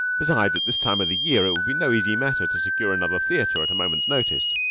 besides, at this time of the year it would be no easy matter to secure another theater at a moment's notice.